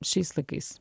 šiais laikais